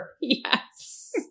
Yes